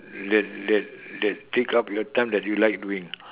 that that that take up your time that you like doing